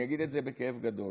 אני אגיד את זה בכאב גדול,